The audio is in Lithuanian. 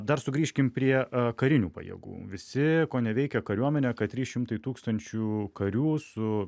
dar sugrįžkim prie karinių pajėgų visi koneveikia kariuomenę kad trys šimtai tūkstančių karių su